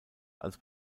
als